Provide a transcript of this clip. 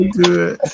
good